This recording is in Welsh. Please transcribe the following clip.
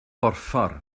borffor